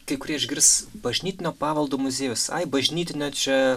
kai kurie išgirs bažnytinio paveldo muziejus ai bažnytinio čia